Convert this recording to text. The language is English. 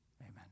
Amen